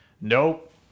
Nope